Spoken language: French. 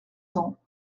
cents